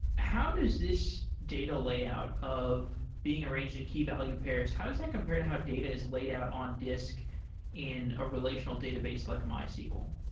how does this data layout of being arranged in keyvalue pairs? how does that compare to how data is laid out on disk in a relational database like mysql?